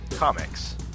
Comics